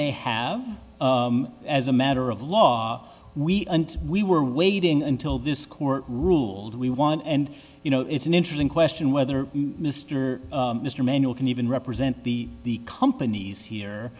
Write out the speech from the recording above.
they have as a matter of law we and we were waiting until this court ruled we won and you know it's an interesting question whether mr mr manual can even represent be the companies here